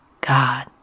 God